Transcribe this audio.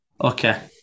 Okay